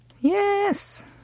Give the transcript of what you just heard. Yes